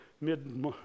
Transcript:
mid